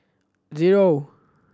zero